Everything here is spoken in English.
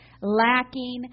lacking